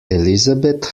elizabeth